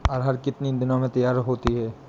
अरहर कितनी दिन में तैयार होती है?